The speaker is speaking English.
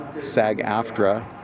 SAG-AFTRA